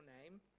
name